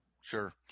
sure